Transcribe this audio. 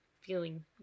feeling